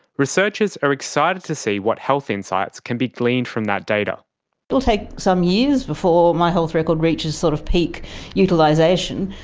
researchers are excited to see what health insights can be gleaned from that data. it will take some years before my health record reaches sort of peak utilisation,